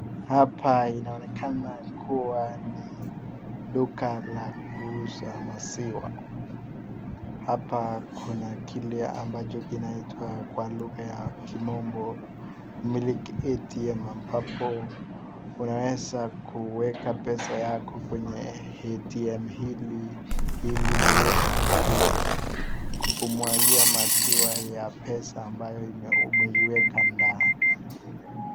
Hapa inaonekana kuwa ni duka la kuuza maziwa. Hapa kuna kile ambacho kinaitwa kwa lugha ya kimombo Milk ATM , ambapo unaweza kuweka pesa yako kwenye ATM hili, ili liweze kukumwagia maziwa ya pesa ambayo umeweka ndani.